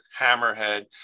Hammerhead